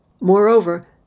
Moreover